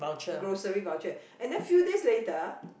grocery voucher and then few days later